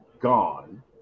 gone